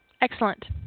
Excellent